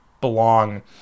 belong